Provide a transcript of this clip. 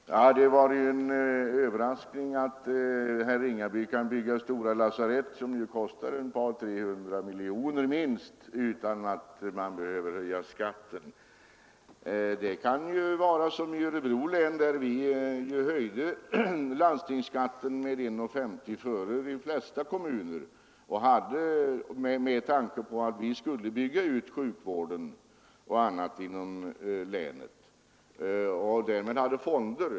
Herr talman! Det var en överraskning att herr Ringaby kan bygga stora lasarett, som ju kostar minst ett par tre hundra miljoner kronor, utan att han behöver höja skatten. Läget kan naturligtvis vara sådant som det var i Örebro län, där vi före de flesta landsting höjde skatten med 1:50 med tanke på att vi skulle bygga ut sjukvård och annat inom länet. Därmed hade vi fonder.